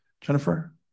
Jennifer